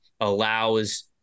allows